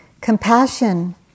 Compassion